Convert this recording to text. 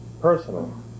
personal